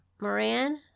Moran